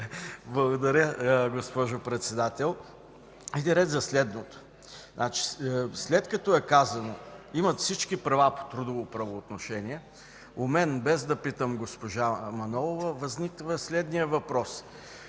Благодаря, госпожо Председател. Иде реч за следното. След като е казано: „имат всички права по трудово правоотношение”, у мен, без да питам госпожа Манолова, възниква следният въпрос: